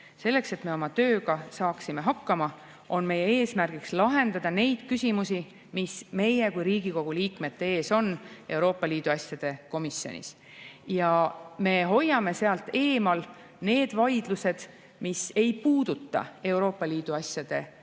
Selleks, et me saaksime oma tööga hakkama, on meil võetud eesmärgiks lahendada neid küsimusi, mis on meie kui Riigikogu liikmete ees Euroopa Liidu asjade komisjonis. Me hoiame sealt eemal need vaidlused, mis ei puuduta Euroopa Liidu asjade komisjoni